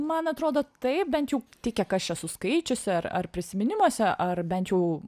man atrodo taip bent jau tiek kiek aš esu skaičiusi ar ar prisiminimuose ar bent jau